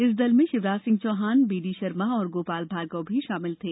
इस दल में शिवराज सिंह चौहान बीडी शर्मा और गोपाल भार्गव भी शामिल थे